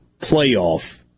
playoff